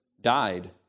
died